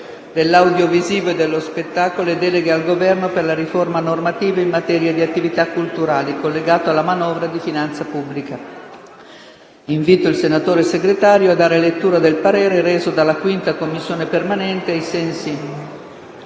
dell'audiovisivo e dello spettacolo e deleghe al Governo per la riforma normativa in materia di attività culturali», collegato alla manovra di finanza pubblica. Invito il senatore Segretario a dare lettura del parere reso - sentito il Governo - dalla 5a Commissione permanente, ai sensi